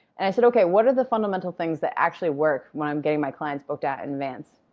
and i said okay, what are the fundamental things that actually work when i'm getting my clients booked out in advance?